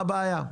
מה הבעיה?